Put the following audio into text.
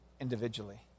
individually